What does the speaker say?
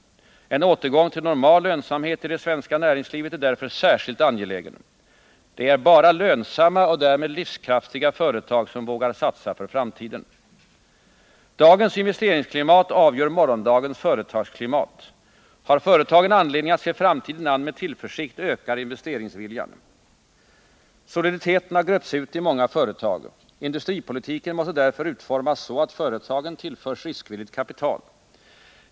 En återgång till normal lönsamhet i det svenska näringslivet är därför särskilt angelägen. Det är bara lönsamma och därmed livskraftiga företag som vågar satsa för framtiden. Dagens investeringsklimat avgör morgondagens företagsklimat. Har företagen anledning att se framtiden an med tillförsikt, ökar investeringsviljan. Soliditeten har gröpts ur i många företag. Industripolitiken måste därför utformas så att företagen tillförs riskvilligt kapital.